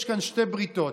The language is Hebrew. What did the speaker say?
יש כאן שתי בריתות: